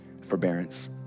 forbearance